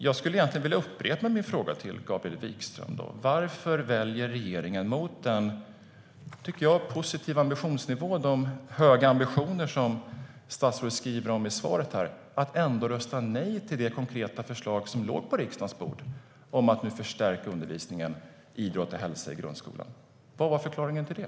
Jag vill upprepa min fråga till Gabriel Wikström: Varför valde regeringen, mot den positiva ambitionsnivå och de höga ambitioner som statsrådet skriver om i svaret, ändå att rösta nej till det konkreta förslag som låg på riksdagens bord om att nu förstärka undervisningen i idrott och hälsa i grundskolan? Vad var förklaringen till det?